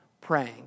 praying